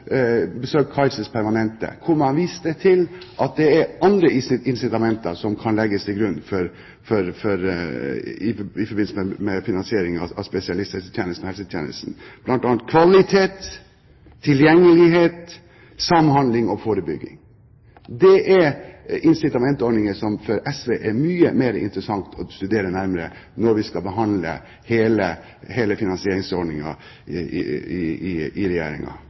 Permanente, hvor man viste til at det er andre incitamenter som kan legges til grunn i forbindelse med finansieringen av spesialisthelsetjenesten og helsetjenesten, bl.a. kvalitet, tilgjengelighet, samhandling og forebygging. Det er incitamentordninger som det for SV er mye mer interessant å studere nærmere når vi skal behandle hele finansieringsordningen i Regjeringen – altså andre typer incitamenter som fremmer målsettingen i